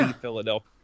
Philadelphia